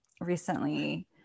recently